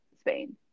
Spain